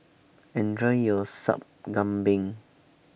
Enjoy your Sup Kambing